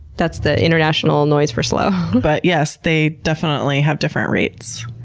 that's the international noise for slow. but yes, they definitely have different rates.